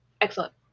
Excellent